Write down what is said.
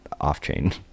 off-chain